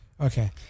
okay